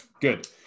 good